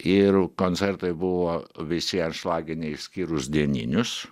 ir koncertai buvo visi antšlaginiai išskyrus dieninius